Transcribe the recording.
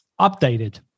Updated